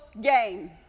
game